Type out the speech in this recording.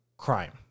Crime